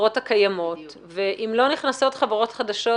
לחברות הקיימות ואם לא נכנסות חברות חדשות,